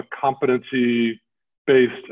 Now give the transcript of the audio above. competency-based